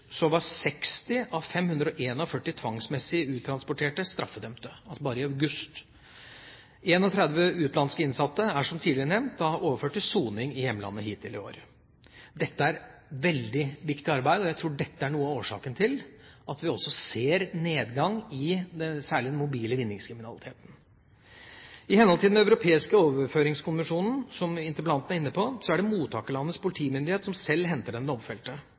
var 60 av 541 tvangsmessig uttransporterte straffedømte, altså bare i august. 31 utenlandske innsatte er, som tidligere nevnt, overført til soning i hjemlandet hittil i år. Dette er veldig viktig arbeid, og jeg tror dette er noe av årsaken til at vi også ser nedgang, særlig i den mobile vinningskriminaliteten. I henhold til den europeiske overføringskonvensjonen, som interpellanten var inne på, er det mottakerlandets politimyndighet som sjøl henter den domfelte.